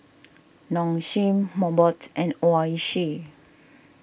Nong Shim Mobot and Oishi